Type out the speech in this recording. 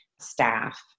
staff